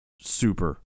super